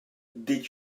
did